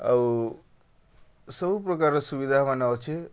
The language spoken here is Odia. ଆଉ ସବୁପ୍ରକାର୍ର ସୁବିଧାମାନେ ଅଛେ